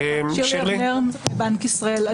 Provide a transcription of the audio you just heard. בנק ישראל.